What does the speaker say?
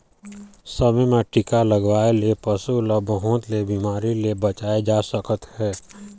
समे म टीका लगवाए ले पशु ल बहुत ले बिमारी ले बचाए जा सकत हे